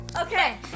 Okay